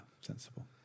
Sensible